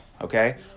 okay